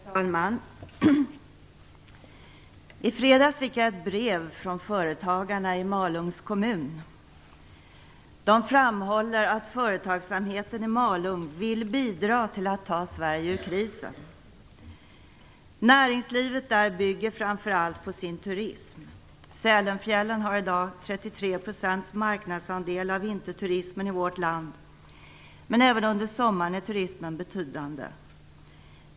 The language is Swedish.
Herr talman! I fredags fick jag ett brev från företagarna i Malungs kommun. De framhåller att företagsamheten i Malung vill bidra till att ta Sverige ur krisen. Näringslivet där bygger framför allt på turismen. Sälenfjällen har i dag en marknadsandel på 33 % av vinterturismen i vårt land, men även under sommaren är turismen betydande.